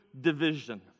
division